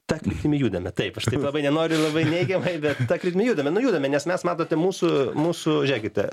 ta kryptimi judame taip aš taip labai nenoriu labai neigiamai bet ta kryptimi judame nu judame nes mes matote mūsų mūsų žiekite